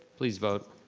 please vote.